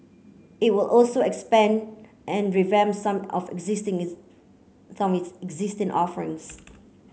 it will also expand and revamp some of its existing some its existing offerings